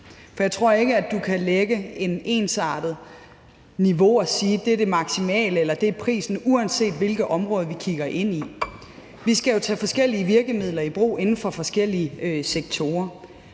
For jeg tror ikke, at du kan lægge et ensartet niveau og sige, at det er det maksimale, eller sige, at det er prisen, uanset hvilke områder vi kigger ind i. Vi skal jo tage forskellige virkemidler i brug inden for forskellige sektorer,